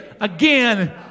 again